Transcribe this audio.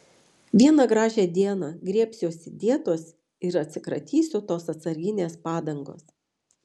vieną gražią dieną griebsiuosi dietos ir atsikratysiu tos atsarginės padangos